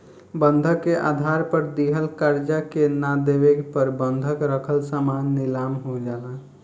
बंधक के आधार पर दिहल कर्जा के ना देवे पर बंधक रखल सामान नीलाम हो जाला